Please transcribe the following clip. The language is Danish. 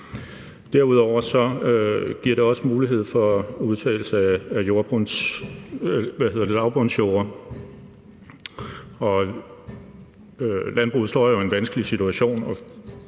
Derudover giver det også mulighed for udtagning af lavbundsjorder. Landbruget står jo i en vanskelig situation